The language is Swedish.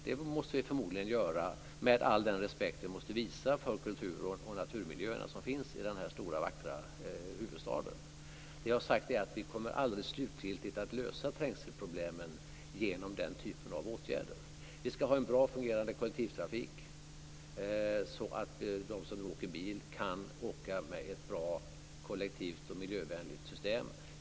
Det måste vi förmodligen göra, med all den respekt vi måste visa för kultur och naturmiljöerna som finns i denna stora vackra huvudstad. Det jag har sagt är att vi aldrig kommer att slutgiltigt lösa trängselproblemen genom den typen av åtgärder. Vi ska ha en bra fungerande kollektivtrafik så att de som nu åker bil kan åka med ett bra kollektivt och miljövänligt system.